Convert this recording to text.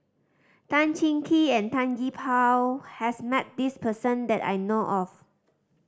Tan Cheng Kee and Tan Gee Paw has met this person that I know of